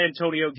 antonio